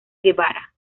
guevara